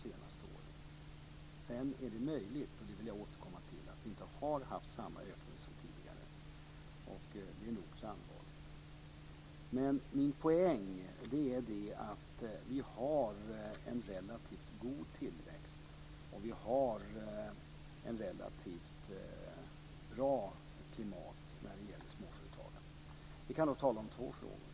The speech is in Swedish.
Sedan är det möjligt, och det vill jag återkomma till, att vi inte har haft samma ökning som tidigare. Det är nog så allvarligt. Min poäng är att vi har en relativt god tillväxt och att vi har ett relativt bra klimat när det gäller småföretagande. Vi kan nog tala om två frågor.